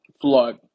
Flood